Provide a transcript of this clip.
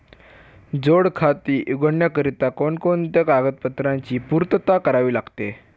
जोड खाते उघडण्याकरिता कोणकोणत्या कागदपत्रांची पूर्तता करावी लागते?